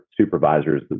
supervisors